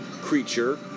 creature